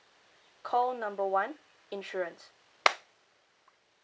call number one insurance